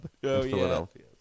Philadelphia